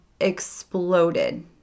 exploded